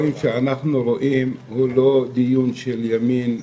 שאנחנו רואים הוא לא דיון של ימין ושמאל,